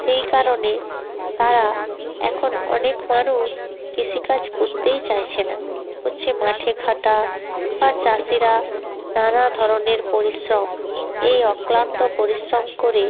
সেই কারণে তারা এখন অনেক মানুষ কৃষিকাজ করতেই চাইছে না পড়ছে মাঠে খাটা বা চাষিরা নানা ধরনের পরিশ্রম এই অক্লান্ত পরিশ্রম করে